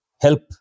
help